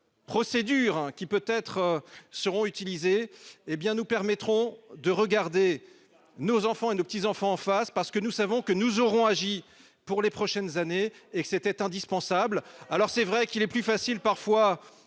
Procédure qui peut être seront utilisées. Eh bien nous permettront de regarder. Nos enfants et nos petits-enfants fassent parce que nous savons que nous aurons agit pour les prochaines années et que c'était indispensable. Alors c'est vrai qu'il est plus facile parfois